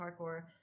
parkour